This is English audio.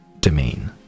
domain